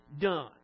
done